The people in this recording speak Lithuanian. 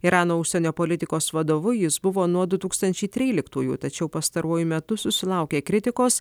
irano užsienio politikos vadovu jis buvo nuo du tūkstančiai tryliktųjų tačiau pastaruoju metu susilaukia kritikos